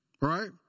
right